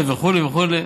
וכו' וכו'